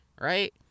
right